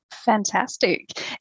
Fantastic